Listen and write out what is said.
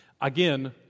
Again